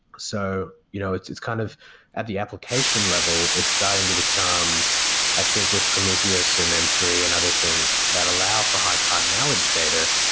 so you know it's it's kind of at the application level, it's starting to become i think with prometheus and m three and other things that allow for high-cardinality data.